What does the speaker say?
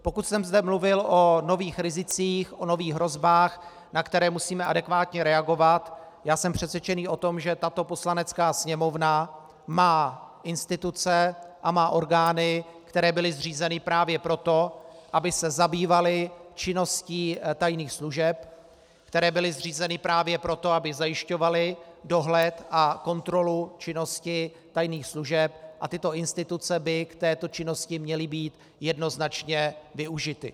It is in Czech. Pokud jsem zde mluvil o nových rizicích, o nových hrozbách, na které musíme adekvátně reagovat, já jsem přesvědčený o tom, že tato Poslanecká sněmovna má instituce a má orgány, které byly zřízeny právě proto, aby se zabývaly činností tajných služeb, které byly zřízeny právě proto, aby zajišťovaly dohled a kontrolu činnosti tajných služeb, a tyto instituce by k této činnosti měly být jednoznačně využity.